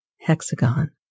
hexagon